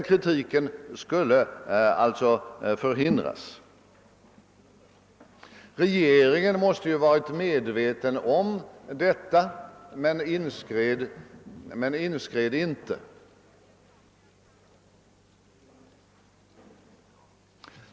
Kritik skulle alltså förhindras. Regeringen måste ha varit medveten om detta men inskred inte.